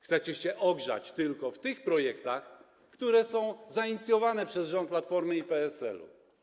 Chcecie się ogrzać tylko w blasku tych projektów, które są zainicjowane przez rząd Platformy i PSL-u.